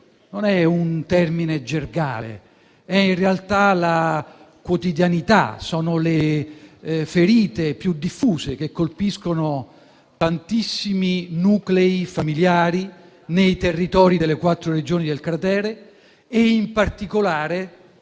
Non è un termine gergale, ma riguarda in realtà la quotidianità; sono le ferite più diffuse, che colpiscono tantissimi nuclei familiari nei territori delle quattro Regioni del cratere e, in particolare,